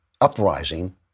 uprising